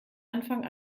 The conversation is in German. anfang